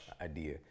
idea